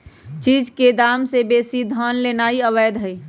चीज के दाम से बेशी धन लेनाइ अवैध हई